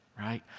right